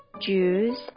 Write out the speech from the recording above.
juice